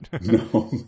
No